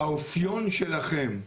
האפיון שלכם,